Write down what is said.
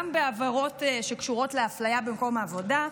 גם בעבירות שקשורות לאפליה במקום העבודה,